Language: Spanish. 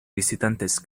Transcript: visitantes